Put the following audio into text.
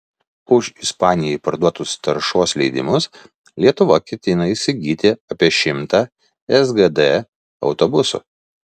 už ispanijai parduotus taršos leidimus lietuva ketina įsigyti apie šimtą sgd autobusų